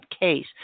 case